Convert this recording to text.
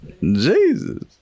Jesus